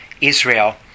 Israel